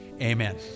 Amen